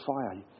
fire